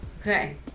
Okay